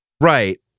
Right